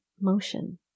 motion